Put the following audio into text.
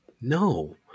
No